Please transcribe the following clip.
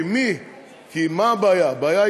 כי מה הבעיה?